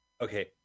Okay